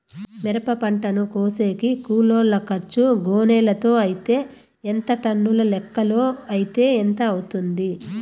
మిరప పంటను కోసేకి కూలోల్ల ఖర్చు గోనెలతో అయితే ఎంత టన్నుల లెక్కలో అయితే ఎంత అవుతుంది?